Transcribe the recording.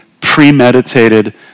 premeditated